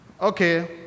Okay